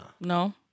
No